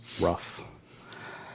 Rough